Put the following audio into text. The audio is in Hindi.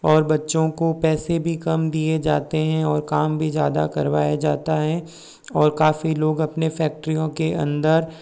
और बच्चों को पैसे भी कम दिए जाते हैं और काम भी ज़्यादा करवाया जाता है और काफ़ी लोग अपने फ़ैक्ट्रीयों के अंदर